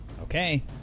Okay